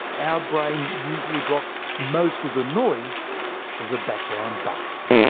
our brain usually blocks most of the noise of the background buzz.